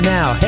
Now